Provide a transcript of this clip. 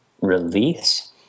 release